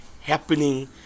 happening